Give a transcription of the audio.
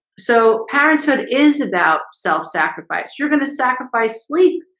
so parenthood is about self-sacrifice you're going to sacrifice sleep.